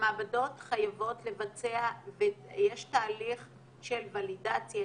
המעבדות חייבות לבצע ויש תהליך של ולידציה,